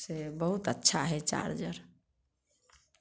से बहुत अच्छा हइ चार्जर